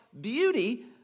beauty